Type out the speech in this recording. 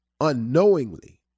unknowingly